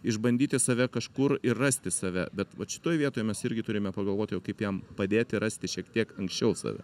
išbandyti save kažkur ir rasti save bet vat šitoj vietoj mes irgi turime pagalvoti o kaip jam padėti rasti šiek tiek anksčiau save